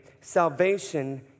salvation